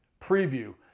preview